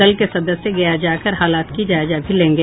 दल के सदस्य गया जाकर हालात का जायजा भी लेंगे